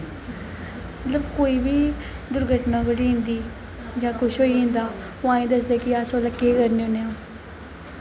मतलब कोई बी जेल्लै घटना घटी जंदी जां कुछ होई जंदा पुआएं दसदे कि अस उसलै केह् करने होने आं